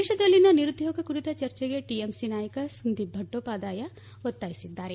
ದೇಶದಲ್ಲಿನ ನಿರುದ್ನೋಗ ಕುರಿತ ಚರ್ಚೆಗೆ ಟಿಎಂಸಿ ನಾಯಕ ಸುದೀಪ್ ಬಂಡೋಪಾದ್ಯಾಯ ಒತ್ತಾಯಿಸಿದ್ದಾರೆ